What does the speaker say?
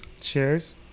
Cheers